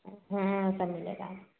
हाँ सब मिल जाएगा